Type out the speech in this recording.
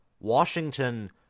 Washington